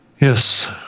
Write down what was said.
Yes